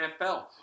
NFL